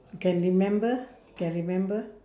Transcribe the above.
can remember can remember